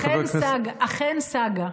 אכן סאגה.